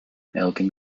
elgin